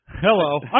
Hello